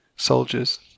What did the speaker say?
soldiers